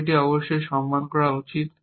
তবে এটি অবশ্যই সম্মান করা উচিত